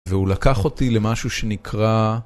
והוא לקח אותי למשהו שנקרא...